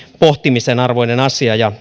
pohtimisen arvoinen asia ja